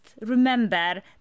remember